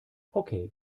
okay